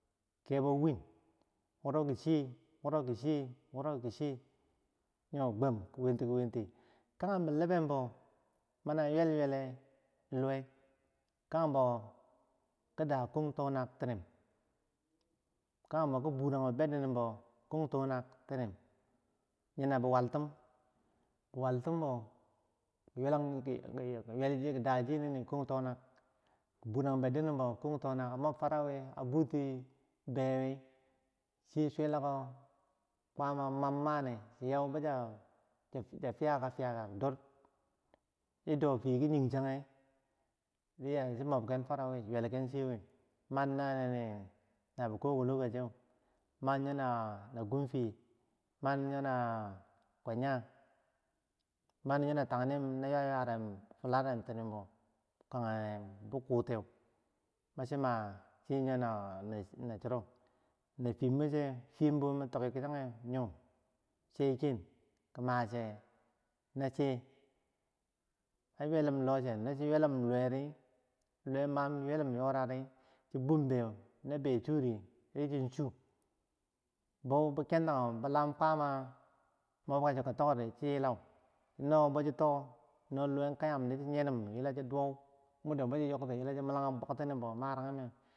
kebo win wuro ki chiye wuro ki chiye woro ki chiye, yor gwam ki witi kiwinti kagem bo bilibebbo mana ywel yweleh luweh kagembo ki da kong tona tinim kagembo ki buragu beddinimbo mor tona tinim yina biwaltum bi waltimbo, kiyulag chi tik ki dachiyeh nini kong tona, kiborang beddinibo mortona ki mob farowi abotiwi ber wi chiyeh chelako kwama mammane shi you bosa fiya ka fiya ka dor, shido fiyeh kiyi change chiya chi bomken faro wi, man nani biko kilokoshe, man yonah na gomfe, man yonah kwanyah, mani yona tangnim na ywaywarim kwala ne tinimbo, kage bi kuyeh, machi ma chi yonar na chiro, na chem bo chew chembo mi toki kichage yor, cheken kima che na che, an ywelum loh chew no chi ywelum luweri, luwe mam ywelum yorakri chi bum bwer no bwer churi di chi su, bow bo kentagu lam kwama mobka cheko tok ri chin yilou, no bochi toh no luweh kayamdi, chi yenim yila chi duwau muddo bo chi yogti yila chi milagum bwaktinimbo maragimeh.